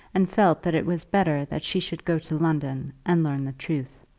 and felt that it was better that she should go to london and learn the truth.